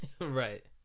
Right